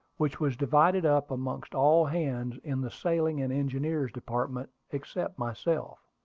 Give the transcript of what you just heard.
which was divided up amongst all hands in the sailing and engineer's department, except myself.